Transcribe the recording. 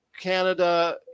Canada